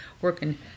working